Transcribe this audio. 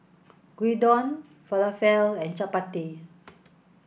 Gyudon Falafel and Chapati